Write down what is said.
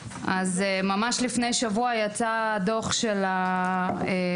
ממש לפני שבוע יצא דוח של הממ"מ.